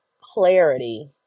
clarity